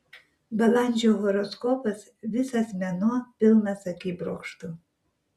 balandžio horoskopas visas mėnuo pilnas akibrokštų